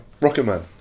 Rocketman